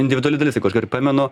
individuali dalis jeigu aš gerai pamenu